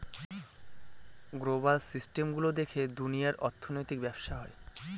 global system গুলো দেখে দুনিয়ার অর্থনৈতিক ব্যবসা হয়